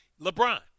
LeBron